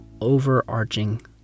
overarching